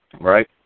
Right